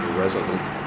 resolute